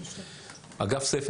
אגף סיף,